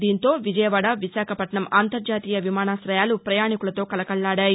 దీంతో విజయవాడ విశాఖపట్నం అంతర్జాతీయ విమానాశయాలు ప్రయాణికులతో కళకళలాడాయి